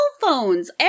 phones